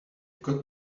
got